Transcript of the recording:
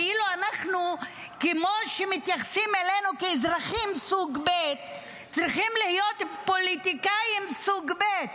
כאילו שמתייחסים אלינו כאזרחים סוג ב' צריכים להיות פוליטיקאים סוג ב'.